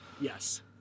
Yes